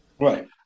right